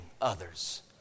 others